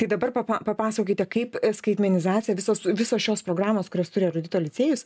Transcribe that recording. tai dabar papa papasakokite kaip skaitmenizacija visos visos šios programos kurias turi erudito licėjus